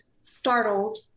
startled